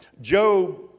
Job